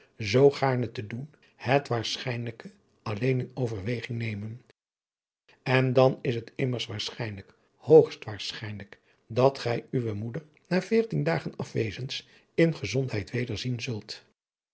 zoo gaarne te doen het waarschijnlijke alleen in overweging nemen en dan is het immers waarschijnlijk hoogst waarschijnlijk dat gij uwe moeder na veertien dagen afwezens in gezondheid weder zien zult